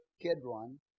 Kidron